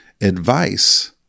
advice